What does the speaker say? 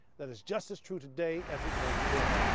that is just as true today as it was then.